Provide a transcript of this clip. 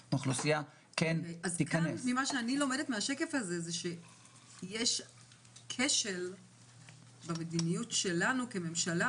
מה שאני לומדת מהשקף הזה זה שיש כשל במדיניות שלנו כממשלה